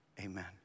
amen